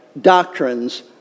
doctrines